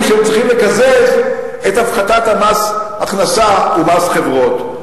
שהם צריכים לקזז את הפחתת מס ההכנסה ומס חברות.